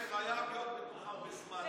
אנחנו עוברים לנושא הבא על סדר-היום, רק שנייה.